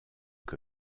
que